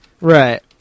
Right